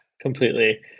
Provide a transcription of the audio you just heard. completely